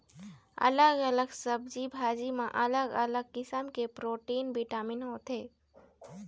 अलग अलग सब्जी भाजी म अलग अलग किसम के प्रोटीन, बिटामिन होथे